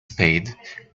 spade